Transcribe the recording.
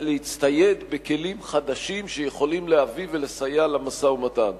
להצטייד בכלים חדשים שיכולים להביא ולסייע למשא-ומתן.